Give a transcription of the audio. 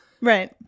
Right